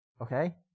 Okay